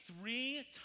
three